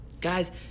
Guys